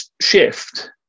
shift